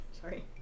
Sorry